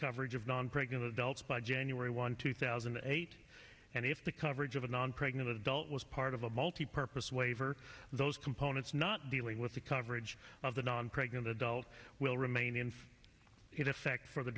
coverage of non pregnant adults by january one two thousand and eight and if the coverage of a non pregnant adult was part of a multipurpose waiver those components not dealing with the coverage of the non pregnant adult will remain in effect for the